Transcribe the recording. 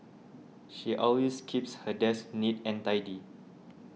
she always keeps her desk neat and tidy